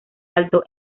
alto